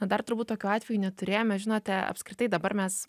na dar turbūt tokių atvejų neturėjome žinote apskritai dabar mes